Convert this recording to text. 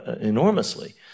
enormously